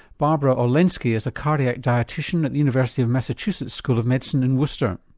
barbara olendzki is a cardiac dietician at the university of massachusetts, school of medicine in worcester.